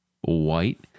white